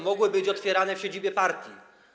mogłyby być otwierane w siedzibie partii?